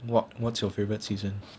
what what's your favorite season